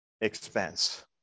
expense